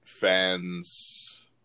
fans